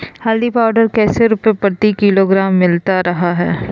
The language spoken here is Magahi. हल्दी पाउडर कैसे रुपए प्रति किलोग्राम मिलता रहा है?